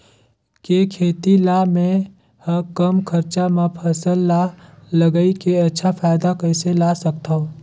के खेती ला मै ह कम खरचा मा फसल ला लगई के अच्छा फायदा कइसे ला सकथव?